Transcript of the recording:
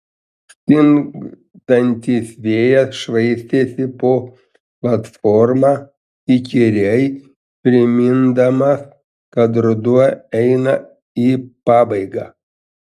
stingdantis vėjas švaistėsi po platformą įkyriai primindamas kad ruduo eina į pabaigą